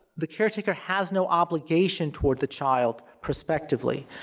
the caretaker has no obligation toward the child prospectively.